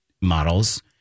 models